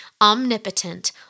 omnipotent